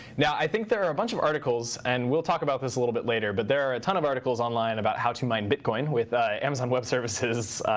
now, i think there are a bunch of articles, and we'll talk about this a little bit later, but there are a ton of articles online about how to mine bitcoin with ah amazon web services